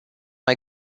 mai